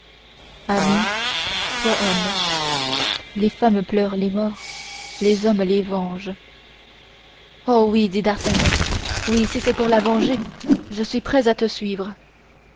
sois homme les femmes pleurent les morts les hommes les vengent oh oui dit d'artagnan oui si c'est pour la venger je suis prêt à te suivre